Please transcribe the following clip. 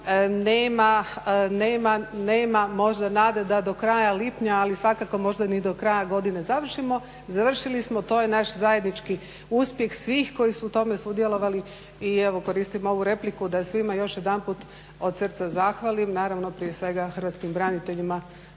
nema možda nade da do kraja lipnja, ali svakako možda ni do kraja godine završimo. Završili smo, to je naš zajednički uspjeh svih koji su u tome sudjelovali. I evo, koristim ovu repliku da svima još jedanput od srca zahvalim, naravno prije svega hrvatskim braniteljima